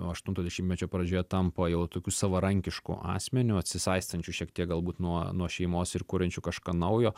aštunto dešimtmečio pradžioje tampa jau tokiu savarankišku asmeniu atsisaistančiu šiek tiek galbūt nuo nuo šeimos ir kuriančių kažką naujo